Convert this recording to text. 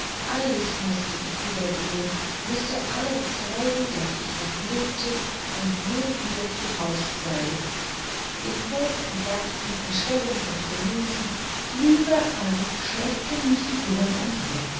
alles mußte ich wiedersehen mußte allem zeigen daß ich noch lebte und nun wieder zu haus sei in hof und garten in ställen und remisen überall schleppten mich die jungen umher